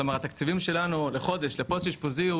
כלומר התקציבים שלנו לחודש לפוסט אשפוזי ,